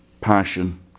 passion